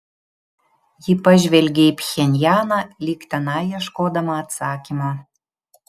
ji pažvelgė į pchenjaną lyg tenai ieškodama atsakymo